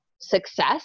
success